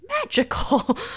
magical